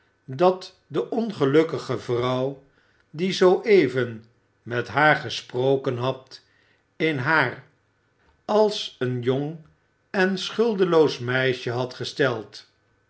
dat de ongelukkige vrouw die zoo even met haar gesproken had in haar als een jong en schuldeloos meisje had gesteld